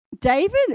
David